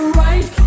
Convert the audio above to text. right